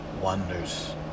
wonders